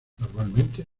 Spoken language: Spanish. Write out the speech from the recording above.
normalmente